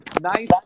nice